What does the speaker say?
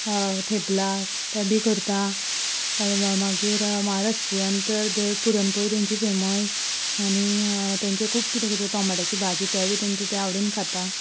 थेपला ते बी करता मागीर म्हाराष्ट्रीयन तर पुरणपोळी तेंची फॅमस आनी तेंचे खूब कितें कितें टॉमाटांची भाजी तेवूय तेंचे ते आवडीन खाता